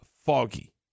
foggy